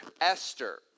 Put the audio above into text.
esther